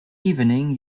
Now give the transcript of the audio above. evening